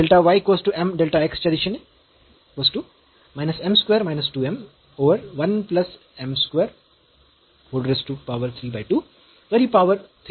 च्या दिशेने तरही पॉवर 3 भागीले 2 आहे